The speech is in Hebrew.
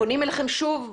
פונים אליכם שוב?